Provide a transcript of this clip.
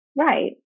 Right